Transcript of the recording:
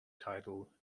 title